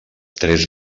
tres